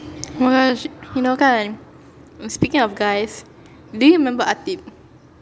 oh my gosh you know kan speaking of guys do you remember ateeb